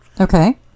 Okay